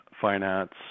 finance